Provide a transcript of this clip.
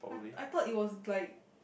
I thought it was like